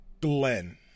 Glenn